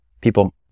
people